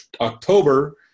October